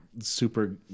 super